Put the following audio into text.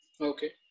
Okay